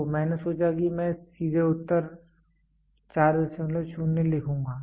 तो मैंने सोचा कि मैं सीधे उत्तर 40 लिखूंगा